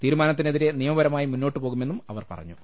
തീ രുമാനത്തിനെതിരെ നിയമപരമായി മുന്നോട്ട് പോകുമെന്നും അവർ പറഞ്ഞു